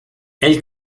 ell